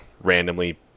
randomly